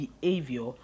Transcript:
behavior